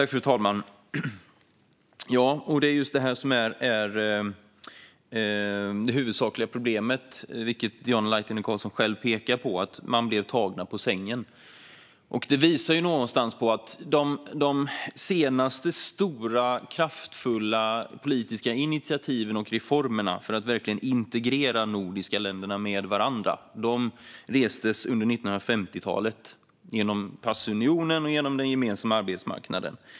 Fru talman! Det är just det huvudsakliga problemet, vilket Diana Laitinen Carlsson själv pekar på, nämligen att man blev tagen på sängen. Detta visar på att de senaste stora kraftfulla politiska initiativen och reformerna för att verkligen integrera de nordiska länderna med varandra restes under 1950-talet genom passunionen och den gemensamma arbetsmarknaden.